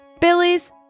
Billy's